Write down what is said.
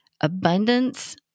abundance